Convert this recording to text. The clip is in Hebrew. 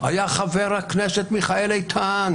היה חבר הכנסת מיכאל איתן.